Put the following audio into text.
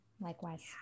Likewise